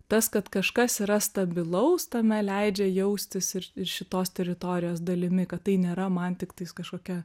tas kad kažkas yra stabilaus tame leidžia jaustis ir ir šitos teritorijos dalimi kad tai nėra man tiktais kažkokia